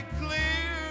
clear